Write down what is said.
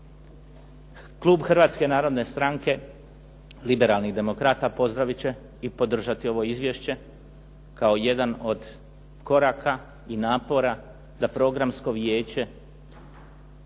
Klub Hrvatske narodne stranke liberalnih demokrata pozdravit će i podržati ovo izvješće kao jedan od koraka i napora da programsko vijeće